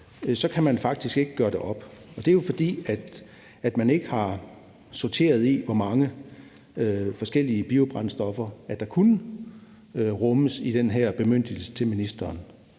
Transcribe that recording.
kan man faktisk ikke gøre det op, og det er jo, fordi man ikke har sorteret i, hvor mange forskellige biobrændstoffer der kunne rummes i den her bemyndigelse til ministeren.